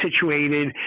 situated